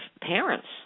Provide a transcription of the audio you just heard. parents